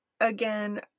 again